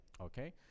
okay